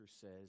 says